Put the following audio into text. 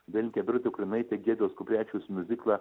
dailininke birute ukrinaite giedriaus kuprevičiaus miuziklą